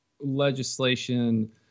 legislation